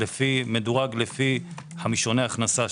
מדורג חמישוני לפי הכנסה.